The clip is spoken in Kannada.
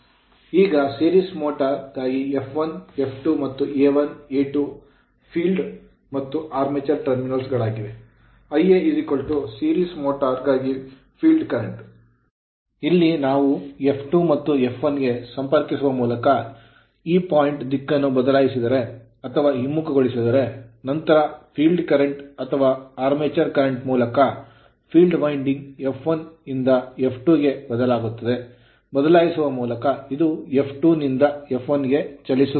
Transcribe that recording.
ಈಗ series motor ಸರಣಿ ಮೋಟರ್ ಗಾಗಿ F1 F2 ಮತ್ತು A1 A2 field ಫೀಲ್ಡ್ ಮತ್ತು armature terminals ಆರ್ಮೇಚರ್ ಟರ್ಮಿನಲ್ ಗಳಾಗಿವೆ Ia series motor ಸರಣಿ ಮೋಟರ್ ಗಾಗಿ field current ಫೀಲ್ಡ್ ಕರೆಂಟ್ ಇದ್ದರೆ ಇಲ್ಲಿ ನಾವು F2 ಮತ್ತು F1 ಗೆ ಸಂಪರ್ಕಿಸುವ ಮೂಲಕ ಈ point ಬಿಂದುವಿನ ದಿಕ್ಕನ್ನು ಬದಲಾಯಿಸಿದರೆ ಅಥವಾ ಹಿಮ್ಮುಖಗೊಳಿಸಿದರೆ ನಂತರ field current ಫೀಲ್ಡ್ ಕರೆಂಟ್ ಅಥವಾ armature current ಆರ್ಮೇಚರ್ ಕರೆಂಟ್ ಮೂಲಕ field winding field winding F1 ರಿಂದ F2 ಗೆ ಬದಲಾಗುತ್ತದೆ ಬದಲಾಯಿಸುವ ಮೂಲಕ ಇದು F2 ನಿಂದ F1 ಗೆ ಚಲಿಸುತ್ತದೆ